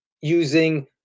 using